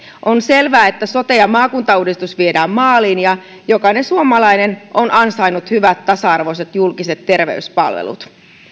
on selvää että sote ja maakuntauudistus viedään maaliin ja jokainen suomalainen on ansainnut hyvät tasa arvoiset julkiset terveyspalvelut